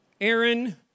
Aaron